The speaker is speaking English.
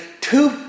two